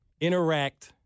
interact